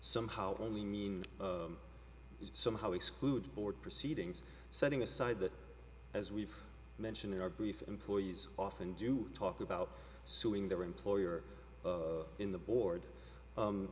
somehow only mean somehow exclude board proceedings setting aside that as we've mentioned in our brief employees often do talk about suing their employer in the board